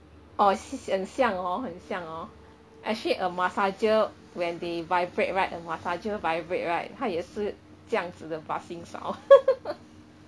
oh 很像 hor 很像 hor actually a massager when they vibrate right a massager vibrate right 它也是这样子的 buzzing sound